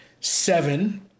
seven